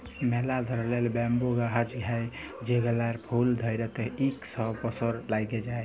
ম্যালা ধরলের ব্যাম্বু গাহাচ হ্যয় যেগলার ফুল ধ্যইরতে ইক শ বসর ল্যাইগে যায়